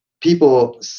people